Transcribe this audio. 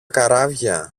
καράβια